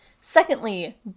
Secondly